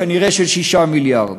כנראה של 6 מיליארד,